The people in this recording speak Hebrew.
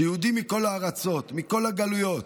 שיהודים מכל הארצות, מכל הגלויות,